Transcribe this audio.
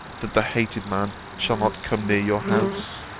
that the hated man shall not come near your house